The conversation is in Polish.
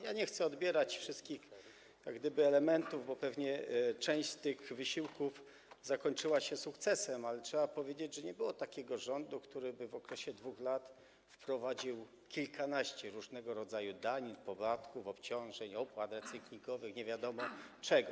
Ja nie chcę odbierać wszystkich elementów, bo pewnie część z tych wysiłków zakończyła się sukcesem, ale trzeba powiedzieć, że nie było takiego rządu, który w okresie 2 lat wprowadziłby kilkanaście różnego rodzaju danin, podatków, obciążeń, opłat recyklingowych, nie wiadomo czego.